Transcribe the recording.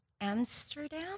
Amsterdam